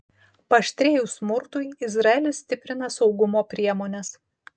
paaštrėjus smurtui izraelis stiprina saugumo priemones